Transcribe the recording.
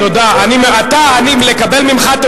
עם ימין כזה אפשר להתמודד,